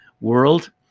world